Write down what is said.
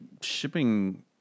shipping